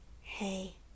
hey